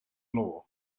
law